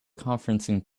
conferencing